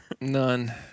None